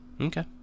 Okay